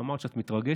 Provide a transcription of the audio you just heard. אמרת שאת מתרגשת.